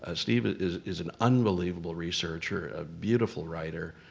ah steve is is an unbelievable researcher, a beautiful writer.